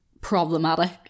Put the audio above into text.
problematic